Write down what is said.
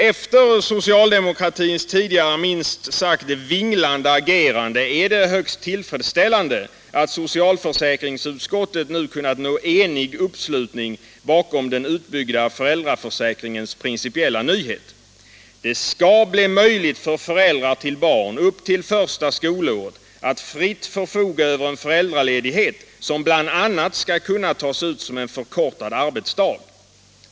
Efter socialdemokratins tidigare minst sagt vinglande agerande är det högst tillfredsställande att socialförsäkringsutskottet nu kunnat nå enig uppslutning bakom den utbyggda föräldraförsäkringens principiella nyhet: Det skall bli möjligt för föräldrar till barn upp till första skolåret att fritt förfoga över en föräldraledighet som bl.a. skall kunna tas ut som en förkortad arbetsdag.